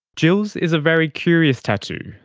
jill's is a very curious tattoo,